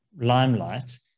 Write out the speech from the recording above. limelight